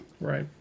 Right